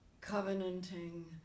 covenanting